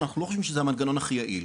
אנחנו לא חושבים שזה המנגנון הכי יעיל,